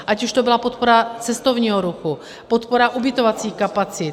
Ať už to byla podpora cestovního ruchu, podpora ubytovacích kapacit.